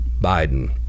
Biden